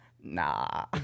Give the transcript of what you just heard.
Nah